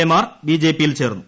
A മാർ ബിജെപിയിൽ ചേർന്നു